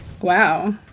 Wow